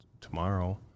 tomorrow